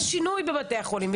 יש שינויים בבתי החולים,